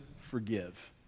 forgive